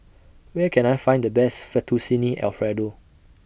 Where Can I Find The Best Fettuccine Alfredo